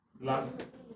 last